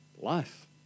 life